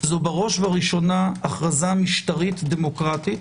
זו בראש ובראשה הצהרה משטרית דמוקרטית,